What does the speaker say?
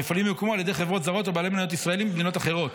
המפעלים יוקמו על ידי חברות זרות או בעלי מניות ישראלים במדינות אחרות,